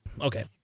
Okay